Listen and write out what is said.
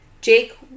Jake